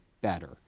better